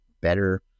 better